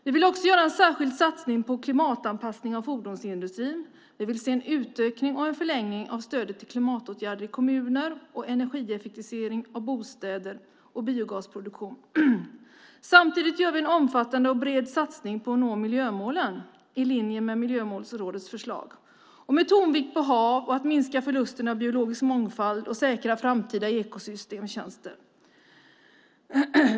Vi vill också göra en särskild satsning på klimatanpassning av fordonsindustrin. Vi vill se en utökning och en förlängning av stödet till klimatåtgärder i kommuner och energieffektivisering av bostäder och biogasproduktion. Samtidigt gör vi en omfattande och bred satsning på att nå miljömålen i linje med Miljömålsrådets förslag, med tonvikt på hav och att minska förlusten av biologisk mångfald och säkra framtida ekosystem.